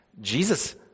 Jesus